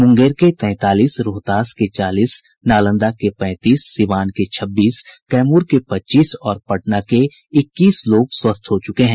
मुंगेर के तैंतालीस रोहतास के चालीस नालंदा के पैंतीस सीवान के छब्बीस कैमूर के पच्चीस और पटना के इक्कीस लोग स्वस्थ हो चुके हैं